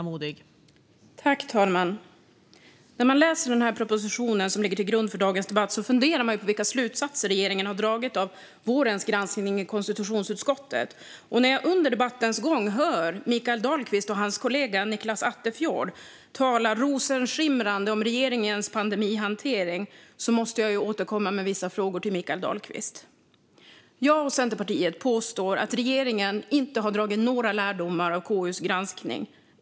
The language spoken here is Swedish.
Fru talman! När man läser propositionen som ligger till grund för dagens debatt funderar man på vilka slutsatser regeringen har dragit av vårens granskning i konstitutionsutskottet. När jag under debattens gång hör Mikael Dahlqvist och hans kollega Nicklas Attefjord tala i rosenskimrande ordalag om regeringens pandemihantering måste jag återkomma med vissa frågor till Mikael Dahlqvist. Jag och Centerpartiet påstår att regeringen inte har dragit några lärdomar av KU:s granskning.